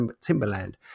Timberland